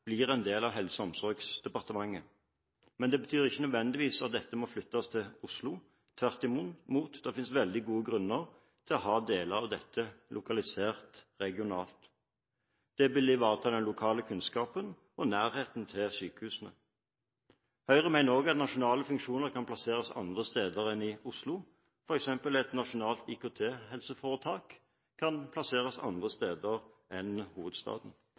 blir en del av Helse- og omsorgsdepartementet. Det betyr ikke nødvendigvis at dette må flyttes til Oslo. Tvert imot – det finnes veldig gode grunner til å ha deler av dette lokalisert regionalt. Det vil ivareta den lokale kunnskapen og nærheten til sykehusene. Høyre mener også at nasjonale funksjoner kan plasseres andre steder enn i Oslo. Et nasjonalt IKT-helseforetak kan f.eks. plasseres andre steder enn i hovedstaden.